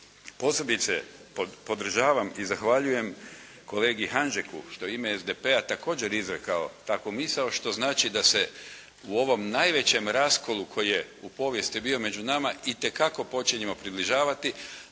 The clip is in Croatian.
Posebice podržavam i zahvaljujem kolegi Hanžeku što je u ime SDP-a također izrekao takvu misao što znači da se u ovom najvećem raskolu koji je u povijesti bio među nama itekako počinjemo približavati,